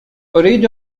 أريد